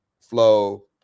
flow